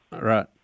Right